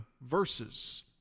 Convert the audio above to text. verses